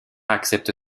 accepte